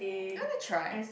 you want to try